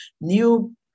new